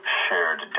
shared